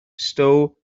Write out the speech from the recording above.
stow